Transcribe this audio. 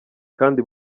kandi